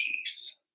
peace